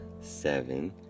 Seven